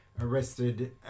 Arrested